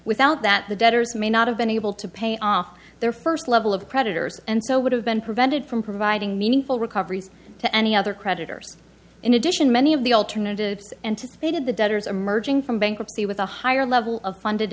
without that the debtors may not have been able to pay off their first level of creditors and so would have been prevented from providing meaningful recoveries to any other creditors in addition many of the alternatives anticipated the debtors emerging from bankruptcy with a higher level of funded